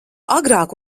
agrāk